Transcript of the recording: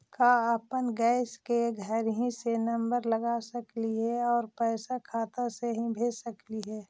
का अपन गैस के घरही से नम्बर लगा सकली हे और पैसा खाता से ही भेज सकली हे?